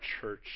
church